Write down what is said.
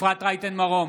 אפרת רייטן מרום,